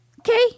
okay